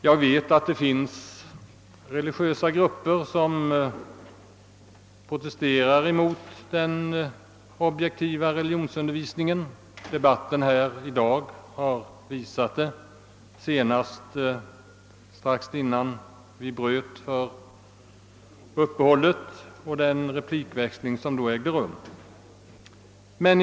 Jag vet att det finns religiösa grupper som protesterar mot den objektiva religionsundervisningen; debatten här i dag har visat det, senast den replikväxling som ägde rum strax innan vi bröt plenum för middagssuppehåll.